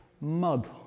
mud